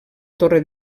torre